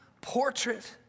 portrait